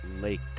Lake